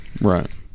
Right